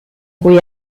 cui